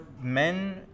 men